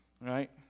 right